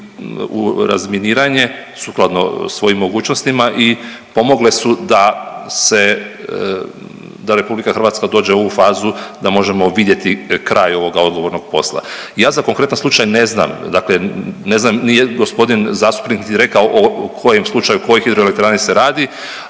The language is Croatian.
u razminiranje sukladno svojim mogućnostima i pomogle su da se, da RH dođe u fazu da možemo vidjeti kraj ovoga odgovornoga posla. Ja za konkretan slučaj ne znam, dakle ne znam nije gospodin zastupnik niti rekao o kojem slučaju koje hidroelektrane se radi,